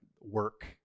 work